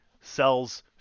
sells